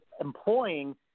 employing